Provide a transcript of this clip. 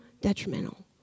detrimental